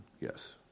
Yes